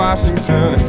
Washington